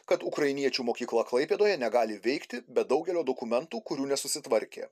kad ukrainiečių mokykla klaipėdoje negali veikti be daugelio dokumentų kurių nesusitvarkė